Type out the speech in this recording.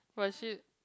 was she